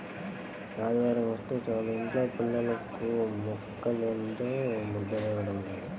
ఆదివారమొస్తే చాలు యింట్లో పిల్లలకు ముక్కలేందే ముద్ద దిగటం లేదు